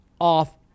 off